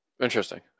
interesting